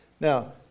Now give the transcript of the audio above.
Now